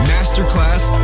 Masterclass